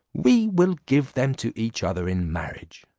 we will give them to each other in marriage.